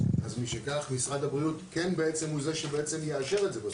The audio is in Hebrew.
משכך, משרד הבריאות הוא זה שבעצם יאשר את זה בסוף.